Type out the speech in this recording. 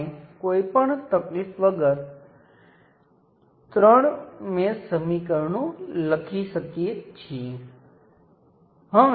અને તે દિશામાં વોલ્ટેજ સ્ત્રોત V માંથી પણ